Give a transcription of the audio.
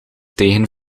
tegen